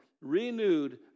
renewed